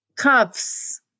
cuffs